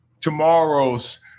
tomorrow's